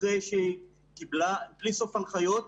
אחרי שקיבלה בלי סוף הנחיות,